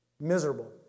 Miserable